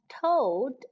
Toad